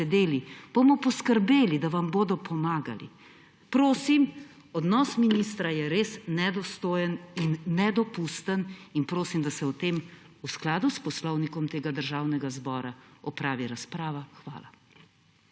sedeli, bomo poskrbeli, da vam bodo pomagali. Prosim, odnos ministra je res nedostojen in nedopusten in prosim, da se o tem v skladu s Poslovnikom tega Državnega zbora opravi razprava. Hvala.